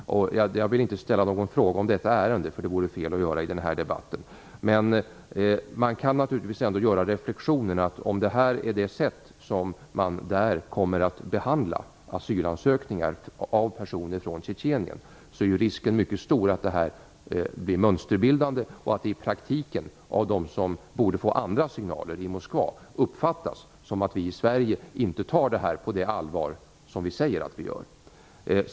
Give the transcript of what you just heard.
Jag vill inte ställa någon fråga om detta ärende - det vore fel att göra det i den här debatten. Men man kan naturligtvis ändå göra reflexionen att om det är så som man kommer att behandla asylansökningar av personer från Tjetjenien är risken mycket stor att det blir mönsterbildande och att det i praktiken av dem i Moskva som borde få andra signaler uppfattas så, att vi i Sverige inte tar det här på det allvar som vi säger att vi gör.